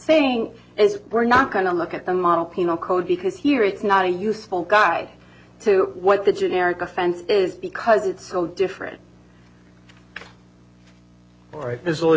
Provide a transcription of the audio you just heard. saying is we're not going to look at the model penal code because here it's not a useful guide to what the generic offense is because it's so different or if there's